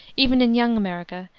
even in young america,